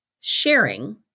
sharing